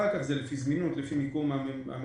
אחר כך זה לפי זמינות, לפי מיקום המטופל